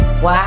Wow